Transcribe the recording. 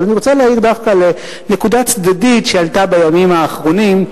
אני רוצה להעיר דווקא על נקודה צדדית שעלתה בימים האחרונים: